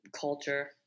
culture